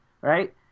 right